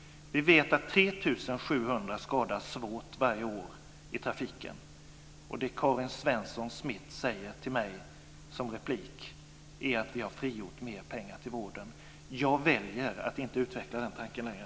Vi vet att 3 700 skadas svårt varje år i trafiken. Det Karin Svensson Smith säger till mig som replik är att man har frigjort mer pengar till vården. Jag väljer att inte utveckla den tanken längre.